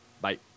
bye